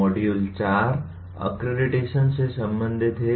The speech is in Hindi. मॉड्यूल 4 अक्रेडिटेशन से संबंधित है